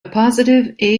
positive